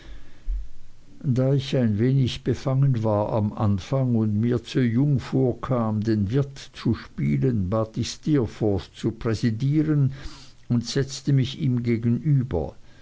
da ich ein wenig befangen war am anfang und mir zu jung vorkam um den wirt zu spielen bat ich steerforth zu präsidieren und setzte mich ihm gegenüber